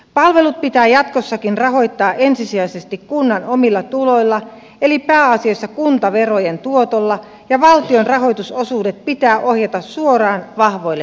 palvelut pitää jatkossakin rahoittaa ensisijaisesti kunnan omilla tuloilla eli pääasiassa kuntaverojen tuotolla ja valtion rahoitusosuudet pitää ohjata suoraan vahvoille peruskunnille